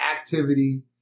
activity